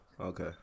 Okay